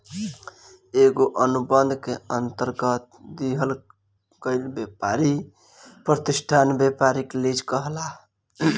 एगो अनुबंध के अंतरगत दिहल गईल ब्यपारी प्रतिष्ठान ब्यपारिक लीज कहलाला